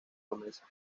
promesa